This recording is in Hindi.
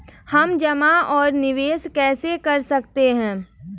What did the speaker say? हम जमा और निवेश कैसे कर सकते हैं?